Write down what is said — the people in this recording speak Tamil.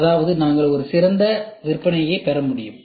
அதாவது நாங்கள் ஒரு சிறந்த விற்பனையைப் பெற முடியும்